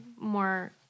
more